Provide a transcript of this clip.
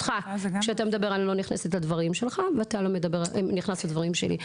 כשאתה מדבר אני לא נכנסת לדברים שלך ואתה לא נכנס לדברים שלי.